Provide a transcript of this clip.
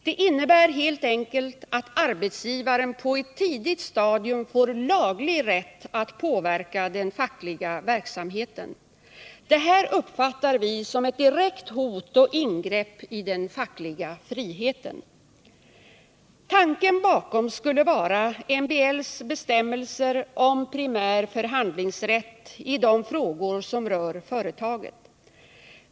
Det innebär helt enkelt att arbetsgivaren på ett tidigt stadium får laglig rätt att påverka den fackliga verksamheten. Det här uppfattar vi som ett direkt hot mot och ingrepp i den fackliga friheten. Tanken bakom skulle vara MBL:s bestämmelser om primär förhandlingsrätt i de frågor som rör företaget.